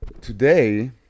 today